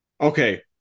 okay